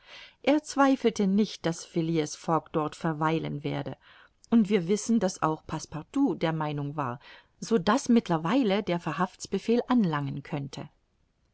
er zweifelte nicht daß phileas fogg dort verweilen werde und wir wissen daß auch passepartout der meinung war so daß mittlerweile der verhaftsbefehl anlangen könnte